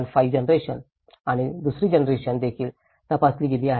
5 generation आणि दुसरी generation देखील तपासली गेली आहे